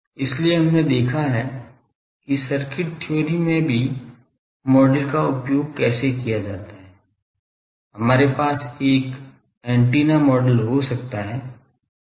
इसलिए हमने देखा है कि सर्किट थ्योरी में भी मॉडल का उपयोग कैसे किया जाता है हमारे पास यह एंटीना मॉडल हो सकता है